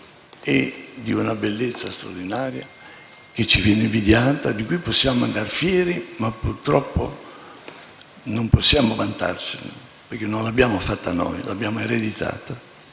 di una bellezza straordinaria che ci viene invidiata e di cui possiamo andare fieri. Non possiamo vantarcene perché non l'abbiamo fatta noi, ma l'abbiamo ereditata